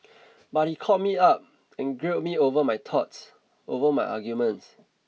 but he called me up and grilled me over my thoughts over my arguments